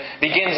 begins